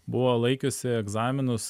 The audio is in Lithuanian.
buvo laikiusi egzaminus